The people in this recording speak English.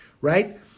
right